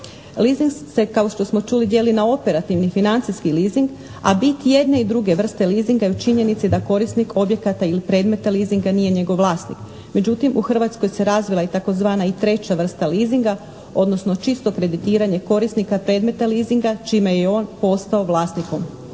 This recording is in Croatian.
Leasing se kao što smo čuli dijeli na operativni i financijski leasing a bit jedne i druge vrste leasinga je u činjenici da korisnik objekata ili predmeta leasinga nije njegov vlasnik. Međutim, u Hrvatskoj se razvila i tzv. treća vrsta leasinga odnosno čisto kreditiranje korisnika predmeta leasinga čime je on postao vlasnikom